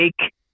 take